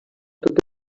totes